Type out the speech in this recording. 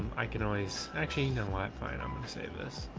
i can always actually know what fine. i'm going to say this.